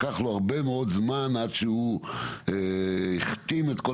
לקח לו הרבה מאוד זמן עד שהוא החתים את כל